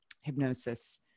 hypnosis